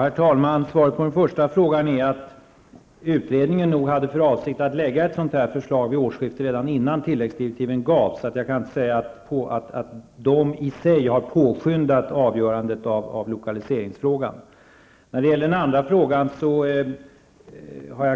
Herr talman! Svaret på den första frågan är att utredningen redan innan tilläggsdirektiven gavs nog hade för avsikt att lägga fram ett sådant förslag vid årsskiftet. Jag kan alltså inte säga att tillläggsdirektiven i sig har påskyndat avgörandet av lokaliseringsfrågan. Beträffande den andra frågan har